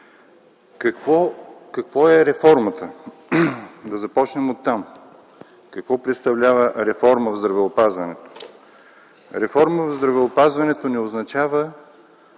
Какво е реформата? Да започнем оттам – какво представлява реформа в здравеопазването? Реформа в здравеопазването не означава